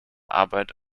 arbeit